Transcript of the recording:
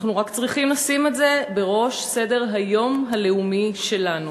אנחנו רק צריכים לשים את זה בראש סדר-היום הלאומי שלנו,